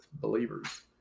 believers